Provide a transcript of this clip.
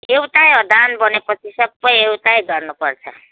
एउटै हो धान भनेपछि सबै एउटै गर्नुपर्छ